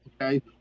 okay